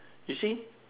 you see